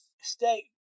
stay